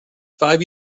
five